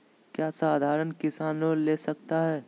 क्या साधरण किसान लोन ले सकता है?